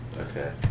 Okay